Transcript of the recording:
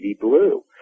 Blue